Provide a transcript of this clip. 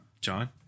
John